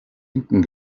hinten